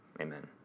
Amen